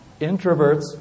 Introverts